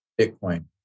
Bitcoin